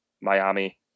Miami